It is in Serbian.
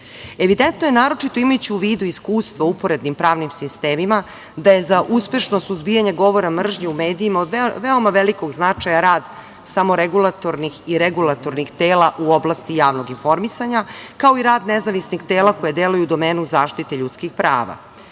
Evidentno je naročito imajući u vidu iskustva u uporednim pravnim sistemima gde je za uspešno suzbijanje govora mržnje u medijima od veoma velikog značaja rad samo regulatornih i regulatornih tela u oblasti javnog informisanja, kao i rad nezavisnih tela koja deluju u domenu zaštite ljudskih prava. Ovde